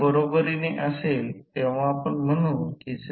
तर हे ∅2 असेल तर ते I2 XE2 cos ∅2 असेल